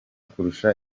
kurusha